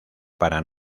para